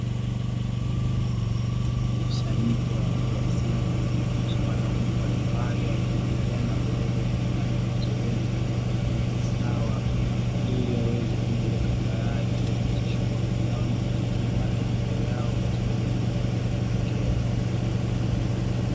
Mkusanyiko wa watu wazima ukijumuisha wanaume mbalimbali wakiendelea na zoezi la kufanya mazoezi ya kuweka mwili sawa, ili waweze kujiweka tayari kuendesha shughuli zao na kufikia malengo yao katika jamii waliyojiwekea.